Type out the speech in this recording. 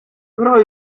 però